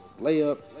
layup